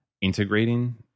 integrating